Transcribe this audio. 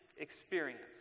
experience